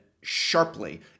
sharply